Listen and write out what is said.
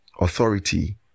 authority